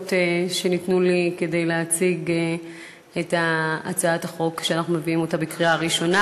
הדקות שניתנו לי כדי להציג את הצעת החוק שאנחנו מביאים לקריאה ראשונה,